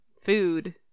food